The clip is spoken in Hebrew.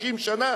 50 שנה,